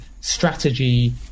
strategy